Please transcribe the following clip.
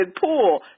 pool